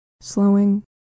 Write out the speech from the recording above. Slowing